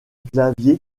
clavier